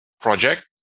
project